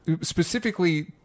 specifically